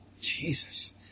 Jesus